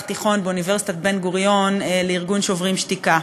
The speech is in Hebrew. התיכון באוניברסיטת בן-גוריון לארגון "שוברים שתיקה".